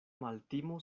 maltimo